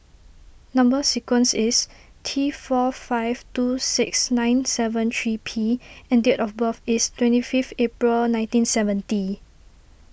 Number Sequence is T four five two six nine seven three P and date of birth is twenty fifth April nineteen seventy